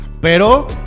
Pero